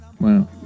Wow